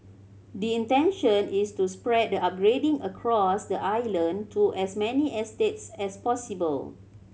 the intention is to spread the upgrading across the island to as many estates as possible